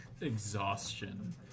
exhaustion